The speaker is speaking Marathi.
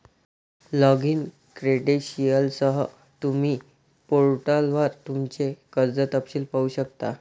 लॉगिन क्रेडेंशियलसह, तुम्ही पोर्टलवर तुमचे कर्ज तपशील पाहू शकता